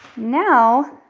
now,